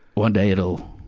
on day, it'll,